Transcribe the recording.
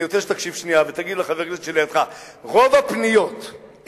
אני רוצה שתקשיב שנייה ותגיד לחבר הכנסת שלידך: רוב הפניות אלי,